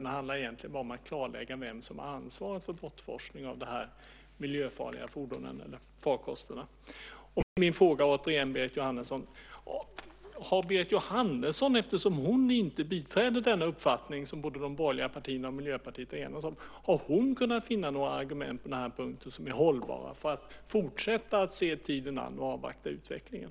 Det handlar egentligen bara om att klarlägga vem som har ansvaret för bortforsling av de här miljöfarliga fordonen eller farkosterna. Min fråga återigen, Berit Jóhannesson: Har Berit Jóhannesson, eftersom hon inte biträder den uppfattning som de borgerliga partierna och Miljöpartiet har enats om, kunnat finna några argument på den här punkten som är hållbara för att fortsätta se tiden an och avvakta utvecklingen?